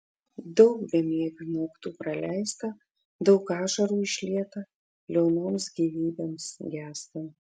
daug bemiegių naktų praleista daug ašarų išlieta liaunoms gyvybėms gęstant